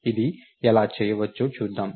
ఇది ఎలా చేయవచ్చో చూద్దాం